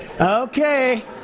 Okay